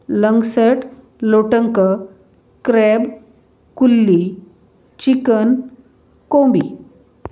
लंगसट लोटंक क्रॅब कुल्ली चिकन कोंबी